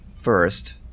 First